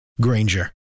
Granger